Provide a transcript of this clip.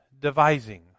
devising